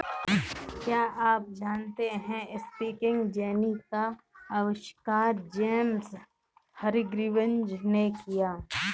क्या आप जानते है स्पिनिंग जेनी का आविष्कार जेम्स हरग्रीव्ज ने किया?